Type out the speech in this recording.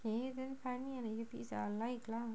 okay then find me a earpiece I will like lah